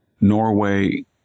Norway